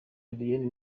julienne